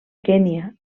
kenya